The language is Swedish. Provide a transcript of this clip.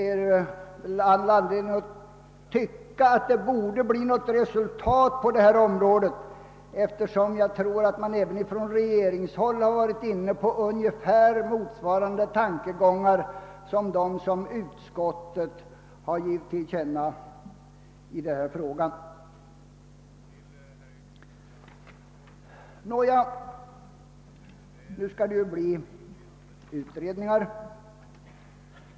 Det är all anledning att tycka att det borde bli något resultat på detta område, eftersom jag tror att man även på regeringshåll varit inne på ungefär motsvarande tankegångar som dem som utskottet givit till känna i denna fråga. Nåja, nu skall det bli utredningar.